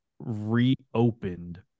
reopened